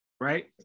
Right